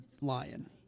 Lion